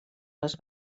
les